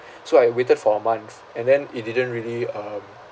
so I waited for a month and then it didn't really um